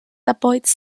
avoids